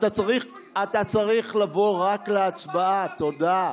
אתה צריך לבוא רק להצבעה, תודה.